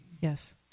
Yes